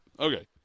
Okay